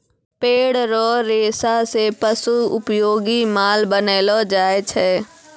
पेड़ रो रेशा से पशु उपयोगी माल बनैलो जाय छै